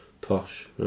Posh